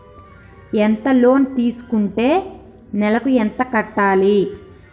ఎంత లోన్ తీసుకుంటే నెలకు ఎంత కట్టాలి?